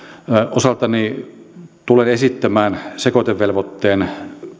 osaltani tulen esittämään sekoitevelvoitteen